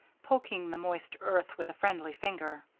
poking the moist earth with a friendly finger.